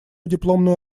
дипломную